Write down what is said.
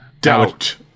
Doubt